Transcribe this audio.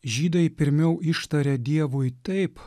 žydai pirmiau ištarė dievui taip